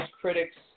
critics